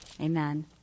Amen